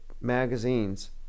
magazine's